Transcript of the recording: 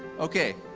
okay.